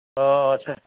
অঁ আচ্ছা